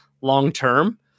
long-term